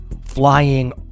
flying